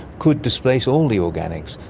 could displace all the organics.